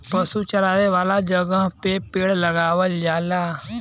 पशु चरावे वाला जगह पे पेड़ लगावल जाला